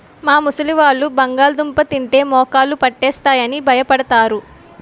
మా ముసలివాళ్ళు బంగాళదుంప తింటే మోకాళ్ళు పట్టేస్తాయి అని భయపడతారు